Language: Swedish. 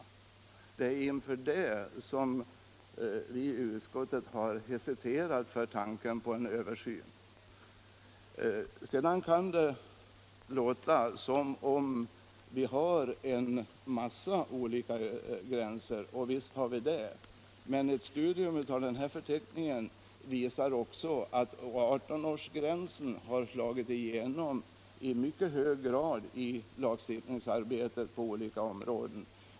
Det är inför detta som vi i utskottet har hesiterat när tanken på en översyn framförts. Sedan kan det låta som om vi har en mängd olika gränser. Det finns olika gränser, men ett studium av den här förteckningen visar också att 18-årsgränsen har slagit igenom i mycket hög grad i lagstiftningsarbetet på olika områden.